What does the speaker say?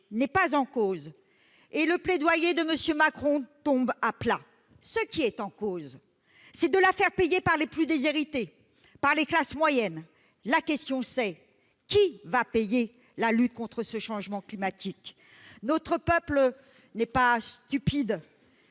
n'est pas en cause et le plaidoyer de M. Macron tombe à plat. Ce qui est en cause, c'est de la faire payer par les plus déshérités, par les classes moyennes. La question est : qui va payer la lutte contre ce changement climatique ? Notre peuple n'est pas stupide,